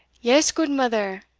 yes, gudemither,